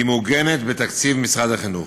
מעוגנת בתקציב משרד החינוך.